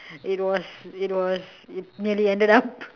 it was it was it nearly ended up